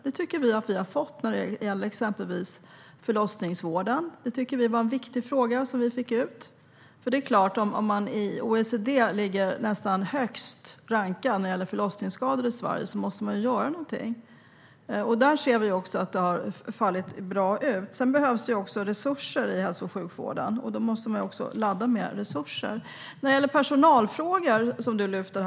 Det tycker vi att vi har fått när det gäller exempelvis förlossningsvården. Det tycker vi var en viktig fråga som vi fick ut. Det är klart att man måste göra något om Sverige är nästan högst rankat när det gäller förlossningsskador i OECD. Vi ser att det har fallit väl ut. Sedan behövs det resurser i hälso och sjukvården. Då måste man också ladda med resurser. Sedan gäller det personalfrågor, som du lyfter.